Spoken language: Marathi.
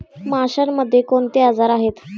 माशांमध्ये कोणते आजार आहेत?